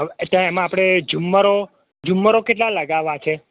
તો એમા આપડે જુમરો જુમરો કેટલા લગાવા છે